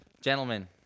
Gentlemen